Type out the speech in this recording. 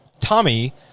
Tommy